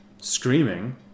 screaming